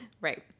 Right